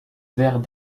verre